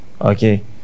Okay